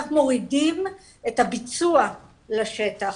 איך מורידים את הביצוע לשטח.